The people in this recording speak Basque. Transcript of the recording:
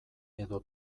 edo